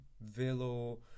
velo